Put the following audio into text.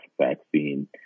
vaccine